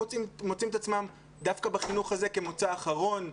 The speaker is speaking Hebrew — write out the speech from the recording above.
מוצאים את עצמם דווקא בחינוך הזה כמוצא אחרון,